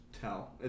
tell